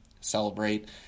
celebrate